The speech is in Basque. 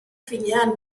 finean